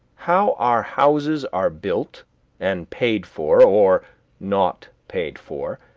how our houses are built and paid for, or not paid for,